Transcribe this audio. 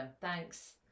thanks